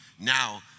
Now